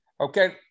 Okay